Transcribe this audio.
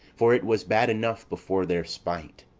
for it was bad enough before their spite.